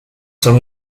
son